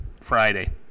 Friday